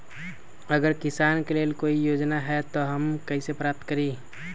अगर किसान के लेल कोई योजना है त हम कईसे प्राप्त करी?